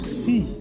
see